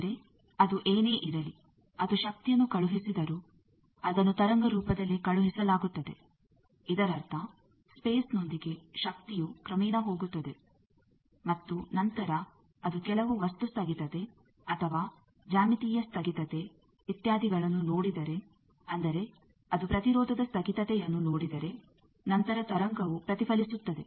ಆದರೆ ಅದು ಏನೇ ಇರಲಿ ಅದು ಶಕ್ತಿಯನ್ನು ಕಳುಹಿಸಿದರೂ ಅದನ್ನು ತರಂಗ ರೂಪದಲ್ಲಿ ಕಳುಹಿಸಲಾಗುತ್ತದೆ ಇದರರ್ಥ ಸ್ಪೇಸ್ನೊಂದಿಗೆ ಶಕ್ತಿಯೂ ಕ್ರಮೇಣ ಹೋಗುತ್ತದೆ ಮತ್ತು ನಂತರ ಅದು ಕೆಲವು ವಸ್ತು ಸ್ಥಗಿತತೆ ಅಥವಾ ಜ್ಯಾಮಿತೀಯ ಸ್ಥಗಿತತೆ ಇತ್ಯಾದಿಗಳನ್ನು ನೋಡಿದರೆ ಅಂದರೆ ಅದು ಪ್ರತಿರೋಧದ ಸ್ಥಗಿತತೆಯನ್ನು ನೋಡಿದರೆ ನಂತರ ತರಂಗವು ಪ್ರತಿಫಲಿಸುತ್ತದೆ